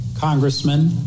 Congressman